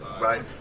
right